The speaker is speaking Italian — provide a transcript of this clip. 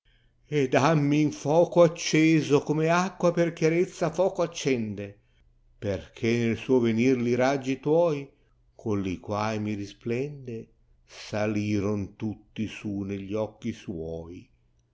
ed hammi in foco acceso come acqua per chiarezza foco accende perchè nel suo venir li raggi tuoi coi quai mi risplende saliron tutti su negli occhi suoi